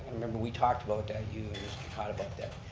remember, we talked about that you thought about that,